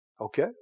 Okay